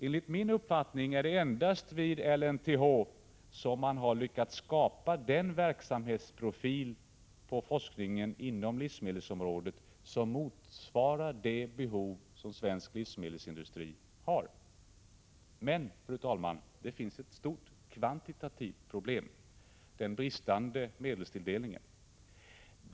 Enligt min uppfattning är det endast vid LNTH som man har lyckats skapa den verksamhetsprofil på forskningen inom livsmedelsområdet som motsvarar det behov som svensk livsmedelsindustri har. Men, fru talman, det finns ett stort kvantitativt problem — den bristande medelstilldelningen.